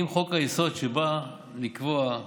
אם חוק-היסוד שבא לקבוע מסגרת,